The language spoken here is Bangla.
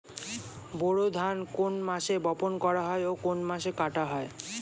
বোরো ধান কোন মাসে বপন করা হয় ও কোন মাসে কাটা হয়?